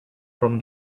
from